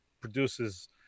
produces